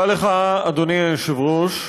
אדוני היושב-ראש.